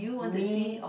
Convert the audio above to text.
me